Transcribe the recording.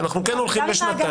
כי אנחנו הולכים לשנתיים.